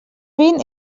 vint